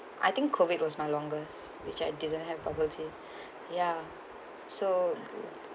I think COVID was my longest which I didn't have bubble tea ya so